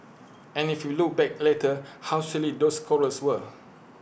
and if we look back later how silly those quarrels were